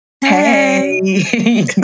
Hey